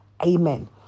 Amen